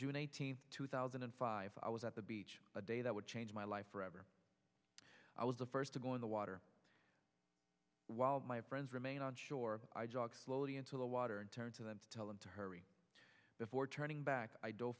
june eighteenth two thousand and five i was at the beach a day that would change my life forever i was the first to go in the water while my friends remain on shore i jog slowly into the water and turn to them to tell them to hurry before turning back i